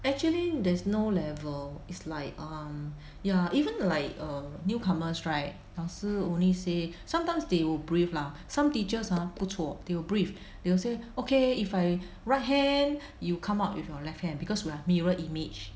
actually there's no level is like um ya even like err newcomers right 老师 only say sometimes they will brief lah some teachers !huh! 不错 they will brief they will say okay if I right hand you come up with your left hand because we are mirror image